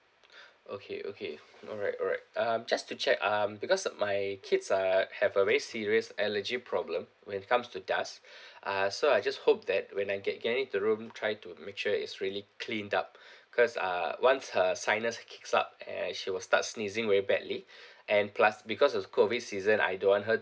okay okay alright alright um just to check um because my kids are have a very serious allergy problem when it comes to dust uh so I just hope that when I get get in the room try to make sure it's really cleaned up cause uh once her sinus kicks up err she will start sneezing very badly and plus because of COVID season I don't want her